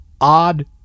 odd